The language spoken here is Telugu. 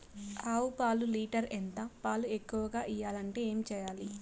ఆవు పాలు లీటర్ ఎంత? పాలు ఎక్కువగా ఇయ్యాలంటే ఏం చేయాలి?